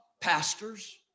pastors